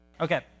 Okay